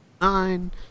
nine